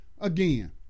Again